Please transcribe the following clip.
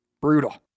brutal